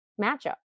matchup